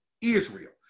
Israel